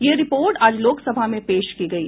यह रिपोर्ट आज लोकसभा में पेश की गयी